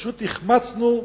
פשוט החמצנו,